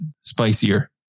spicier